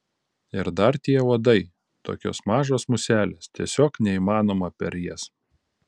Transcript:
ir dar tie uodai tokios mažos muselės tiesiog neįmanoma per jas